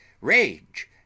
rage